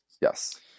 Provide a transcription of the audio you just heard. Yes